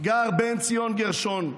גר בן ציון גרשון,